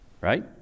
right